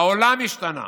העולם השתנה,